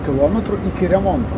kilometrų iki remonto